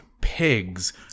pigs